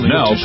Now